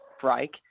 break